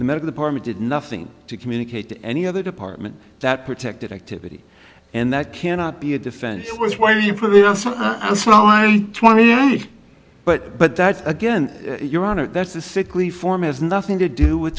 the medical department did nothing to communicate to any other department that protected activity and that cannot be a defense was when you put on twenty but but that's again your honor that's the sickly form has nothing to do with